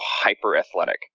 hyper-athletic